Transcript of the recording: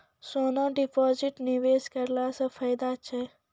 सोना deposit निवेश करला से फैदा छै?